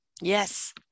yes